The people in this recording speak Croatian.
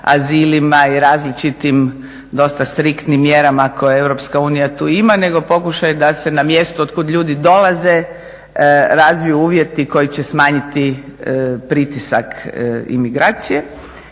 azilima i različitim dosta striktnim mjerama koje EU tu ima nego pokušaj da se na mjesto od kud ljudi dolaze razviju uvjeti koji će smanjiti pritisak imigracije.